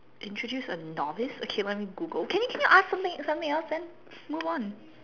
introduce a novice okay let me Google can you can you ask something something else then move on